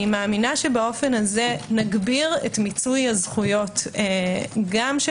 אני מאמינה שכך נגביר את מיצוי הזכויות גם של